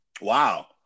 Wow